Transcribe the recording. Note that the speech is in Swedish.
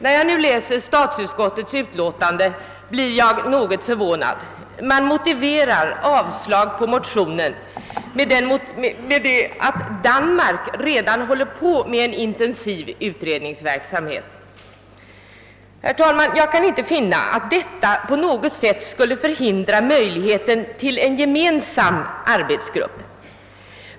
När jag läser statsutskottets utlåtande blir jag något förvånad. Utskottet motiverar sitt avstyrkande av motionsparet med att Danmark redan håller på med en intensiv utredningsverksamhet. Herr talman! Jag kan inte finna att detta på något sätt skulle minska möjligheten till en gemensam arbetsgrupp.